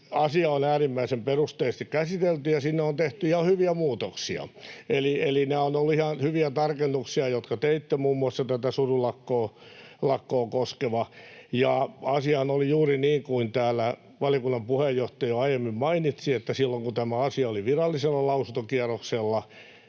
asiaa on äärimmäisen perusteellisesti käsitelty, ja sinne on tehty ihan hyviä muutoksia. Eli nämä ovat olleet ihan hyviä tarkennuksia, jotka teitte, muun muassa tämä surulakkoa koskeva. Asiahan oli juuri niin kuin täällä valiokunnan puheenjohtaja jo aiemmin mainitsi, että silloin kun tämä asia oli virallisella lausuntokierroksella,